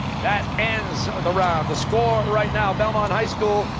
that ends the round. the score right now, belmont high school,